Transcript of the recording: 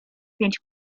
pięć